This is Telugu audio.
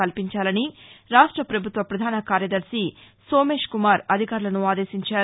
కల్పించాలని రాష్ట పభుత్వ పధాన కార్యదర్శి సోమేశ్కుమార్ అధికారులను ఆదేశించారు